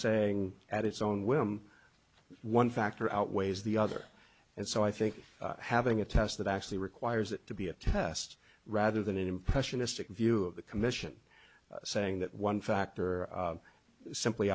saying at its own whim one factor outweighs the other and so i think having a test that actually requires it to be a test rather than an impressionistic view of the commission saying that one factor simply